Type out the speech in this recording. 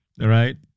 Right